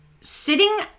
sitting